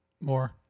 More